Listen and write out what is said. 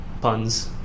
puns